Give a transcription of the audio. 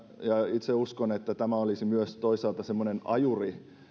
itse uskon että tämä olisi toisaalta semmoinen ajuri